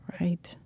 Right